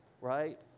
right